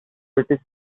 british